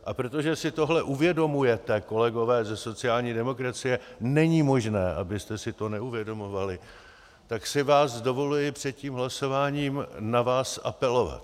A protože si tohle uvědomujete, kolegové ze sociální demokracie, není možné, abyste si to neuvědomovali, tak si na vás dovoluji před hlasováním apelovat.